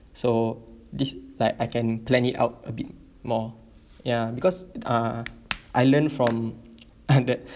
so this like I can plan it out a bit more ya because uh I learned from uh the